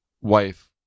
wife